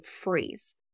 freeze